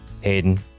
Hayden